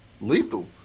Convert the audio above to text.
lethal